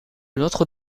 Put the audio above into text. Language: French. notre